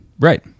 Right